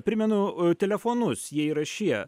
primenu telefonus jie yra šie